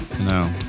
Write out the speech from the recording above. No